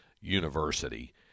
University